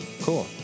Cool